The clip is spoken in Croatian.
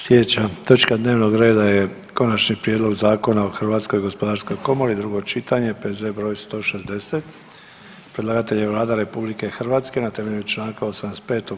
Slijedeća točka dnevnog reda je: - Konačni prijedlog Zakona o Hrvatskoj gospodarskoj komori, drugo čitanje, P.Z. broj 160 Predlagatelj je Vlada RH na temelju Članka 85.